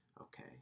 okay